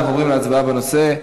אנחנו עוברים להצבעה בנושא.